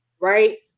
Right